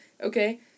okay